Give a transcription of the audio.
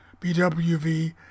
BWV